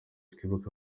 twibuke